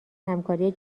همکاری